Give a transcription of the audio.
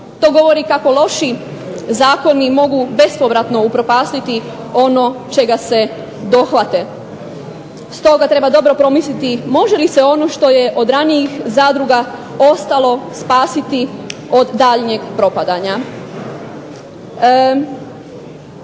To govori kako loši zakoni mogu bespovratno upropastiti ono čega se dohvate. Stoga treba dobro promisliti može li se ono što je od ranijih zadruga ostalo spasiti od daljnjeg propadanja.